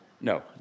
no